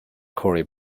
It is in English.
corey